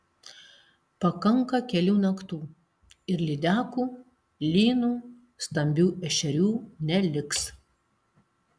pakanka kelių naktų ir lydekų lynų stambių ešerių neliks